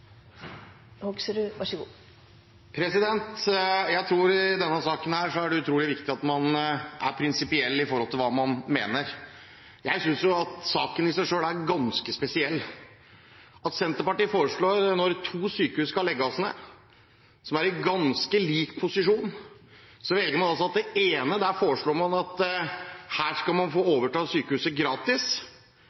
utrolig viktig at man er prinsipiell i forhold til hva man mener. Jeg synes saken i seg selv er ganske spesiell – at Senterpartiet foreslår, når to sykehus skal legges ned, som er i ganske lik posisjon, at det ene skal man få overta gratis. Det andre bryr man seg ikke så veldig mye om, i hvert fall har man ikke laget noe representantforslag som går på det samme. Jeg vet at